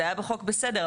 זה היה בחוק בסדר,